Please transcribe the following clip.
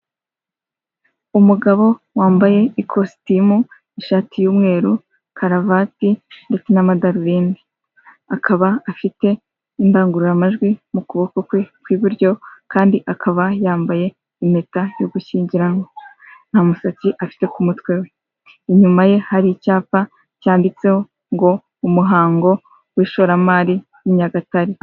Umugabo wambaye ikositimu ishati y'umweru karavati ndetse n'amadarubindi, akaba afite indangururamajwi mu kuboko kwe kw'iburyo, kandi akaba yambaye impeta yo gushyingiranwa, nta musatsi afite ku mutwe inyuma ye hari icyapa cyanditseho ngo umuhango w'ishoramari i Nyagatare.